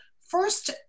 first